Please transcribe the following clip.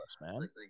man